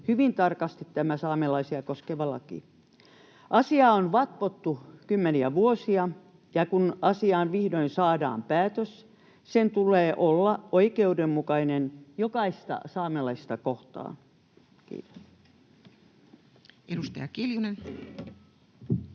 hyvin tarkasti tämä saamelaisia koskeva laki. Asiaa on vatvottu kymmeniä vuosia, ja kun asiaan vihdoin saadaan päätös, sen tulee olla oikeudenmukainen jokaista saamelaista kohtaan. — Kiitos.